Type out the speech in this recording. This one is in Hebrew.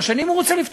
שר האוצר לא רצה.